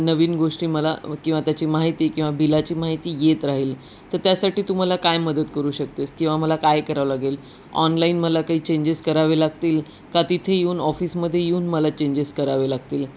नवीन गोष्टी मला किंवा त्याची माहिती किंवा बिलाची माहिती येत राहील तर त्यासाठी तू मला काय मदत करू शकतेस किंवा मला काय करावं लागेल ऑनलाईन मला काही चेंजेस करावे लागतील का तिथे येऊन ऑफिसमध्ये येऊन मला चेंजेस करावे लागतील